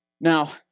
Now